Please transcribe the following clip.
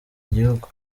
igihugu